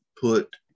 put